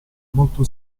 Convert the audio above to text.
molto